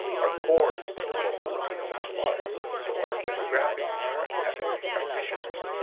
our core is to promote filipino martial arts. so our demographics are fma i mean practitioners.